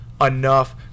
enough